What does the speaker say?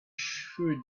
should